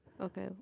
Okay